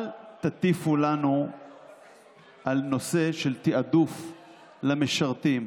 אל תטיפו לנו על נושא של תיעדוף למשרתים.